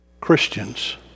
Christians